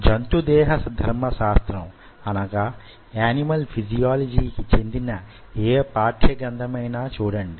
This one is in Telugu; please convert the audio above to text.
జంతుదేహధర్మ శాస్త్రం యానిమాల్ ఫిజియోలొజి కి చెందిన యే పాఠ్య గ్రంధమైనా చూడండి